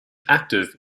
active